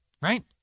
right